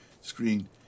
screen